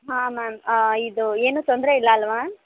ಹಾಂ ಮ್ಯಾಮ್ ಇದು ಏನೂ ತೊಂದರೆ ಇಲ್ಲ ಅಲ್ಲವಾ